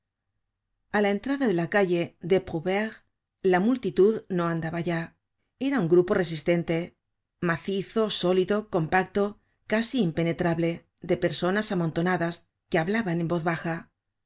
a la entrada de la calle de prouvaires la multitud no andaba ya era un grupo resistente macizo sólido compacto casi impenetrable de personas amontonadas que hablaban en voz baja